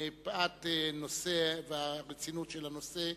מפאת רצינות הנושא.